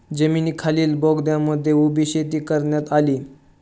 जमिनीखालील बोगद्यांमध्येही उभी शेती करण्यात आली